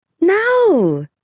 No